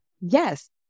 yes